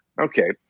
Okay